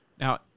Now